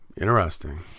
Interesting